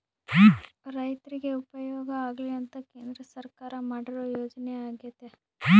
ರೈರ್ತಿಗೆ ಉಪಯೋಗ ಆಗ್ಲಿ ಅಂತ ಕೇಂದ್ರ ಸರ್ಕಾರ ಮಾಡಿರೊ ಯೋಜನೆ ಅಗ್ಯತೆ